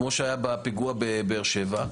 כמו שהיה בפיגוע בבאר-שבע,